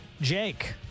Jake